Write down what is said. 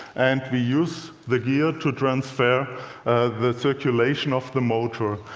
and we use the gear to transfer the circulation of the motor.